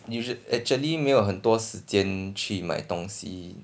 you should actually 没有很多时间去卖东西